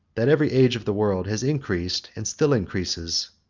that every age of the world has increased, and still increases,